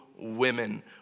women